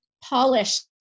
polished